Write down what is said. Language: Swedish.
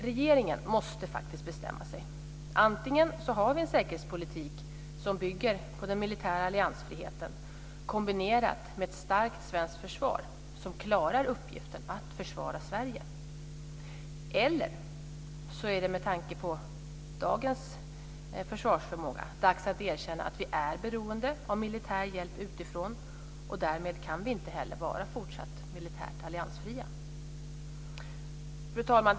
Regeringen måste faktiskt bestämma sig, antingen har vi en säkerhetspolitik som bygger på den militära alliansfriheten kombinerad med ett starkt svenskt försvar som klarar uppgiften att försvara Sverige, eller också är det med tanke på dagens försvarsförmåga dags att erkänna att vi är beroende av militär hjälp utifrån och att vi därmed inte heller kan vara fortsatt militärt alliansfria. Fru talman!